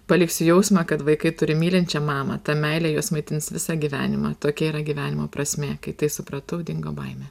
paliksiu jausmą kad vaikai turi mylinčią mamą ta meilė juos maitins visą gyvenimą tokia yra gyvenimo prasmė kai tai supratau dingo baimė